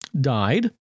died